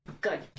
Good